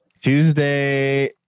Tuesday